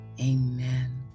Amen